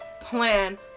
plan